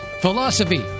philosophy